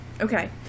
Okay